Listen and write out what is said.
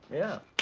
yeah.